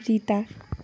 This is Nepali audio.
रिता